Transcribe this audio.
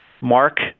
mark